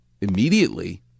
immediately